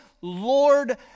Lord